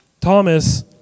Thomas